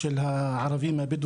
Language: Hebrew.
הוועדה של הכנסת וגם לשולחן הממשלה,